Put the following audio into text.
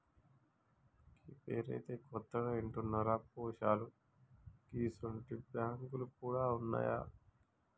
గీ పేరైతే కొత్తగింటన్నరా పోశాలూ గిసుంటి బాంకులు గూడ ఉన్నాయా